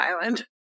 Island